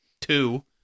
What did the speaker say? two